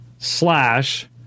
slash